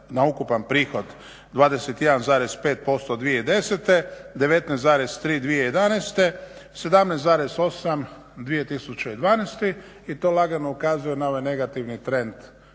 na ukupan prihod 21,5% 2010., 19,3 2011., 17,8 2012.i to lagano ukazuje na ovaj negativni trend